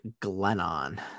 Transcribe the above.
Glennon